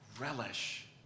Relish